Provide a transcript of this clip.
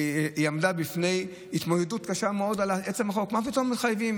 היא עמדה בפני התמודדות קשה מאוד על עצם החוק: מה פתאום מחייבים?